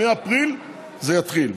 מאפריל זה יתחיל.